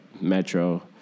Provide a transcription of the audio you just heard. Metro